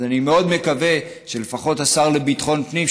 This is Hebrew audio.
אני מאוד מקווה שלפחות השר לביטחון פנים,